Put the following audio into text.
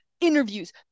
interviews